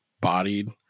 bodied